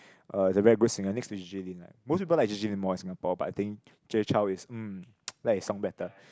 uh he's a very good singer next to J_J-Lin lah most people like J_J-Lin more in Singapore but I think Jay-Chou is um like his song better